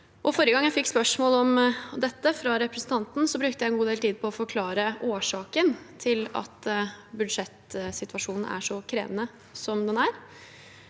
Forrige gang jeg fikk spørsmål om dette fra representanten, brukte jeg en god del tid på å forklare årsaken til at budsjettsituasjonen er så krevende som den er.